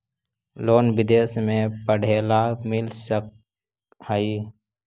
Loan विदेश में पढ़ेला मिल सक हइ?